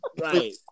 Right